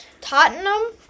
Tottenham